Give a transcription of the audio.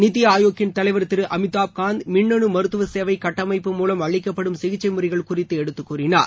நித்தி ஆயோக்கின் தலைவர் திரு அமிதாப் காந்த் மின்னணு மருத்துவ சேவை கட்டமைப்பு மூலம் அளிக்கப்படும் சிகிச்சை முறைகள் குறித்து எடுத்து கூறினார்